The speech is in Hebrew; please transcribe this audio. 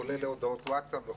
כולל הודעות ווטסאפ.